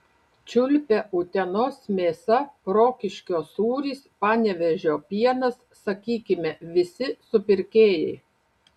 čiulpia utenos mėsa rokiškio sūris panevėžio pienas sakykime visi supirkėjai